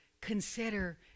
consider